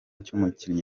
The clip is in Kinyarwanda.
cy’umukinnyi